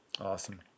Awesome